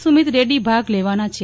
સુમિત રેડ્ડી ભાગ લેવાના છે